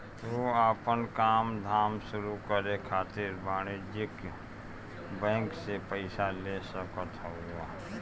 तू आपन काम धाम शुरू करे खातिर वाणिज्यिक बैंक से पईसा ले सकत हवअ